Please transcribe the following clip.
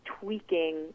tweaking